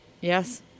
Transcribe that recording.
Yes